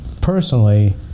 personally